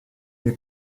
mir